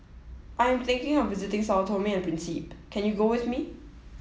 I am thinking of visiting Sao Tome and Principe can you go with me